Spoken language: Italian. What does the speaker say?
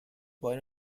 poi